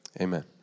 amen